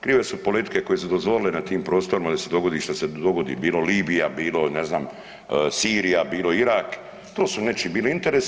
Krive su politike koje su dozvolile na tim prostorima da se dogodi što se dogodi, bilo Libija, bilo ne znam Sirija, bilo Irak to su nečiji bili interesi.